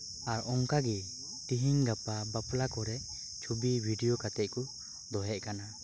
ᱟᱨ ᱚᱱᱠᱟ ᱜᱮ ᱛᱮᱦᱮᱧ ᱜᱟᱯᱟ ᱵᱟᱯᱞᱟ ᱠᱚᱨᱮ ᱪᱷᱚᱵᱤ ᱵᱷᱤᱰᱭᱚ ᱠᱟᱛᱮᱫ ᱠᱚ ᱫᱚᱦᱚᱭᱮᱫ ᱠᱟᱱᱟ